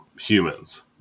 humans